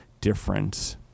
difference